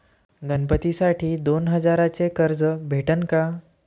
गणपतीसाठी दोन हजाराचे कर्ज भेटन का?